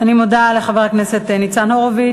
אני מודה לחבר הכנסת ניצן הורוביץ.